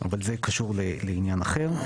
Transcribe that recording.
אבל זה קשור לעניין אחר.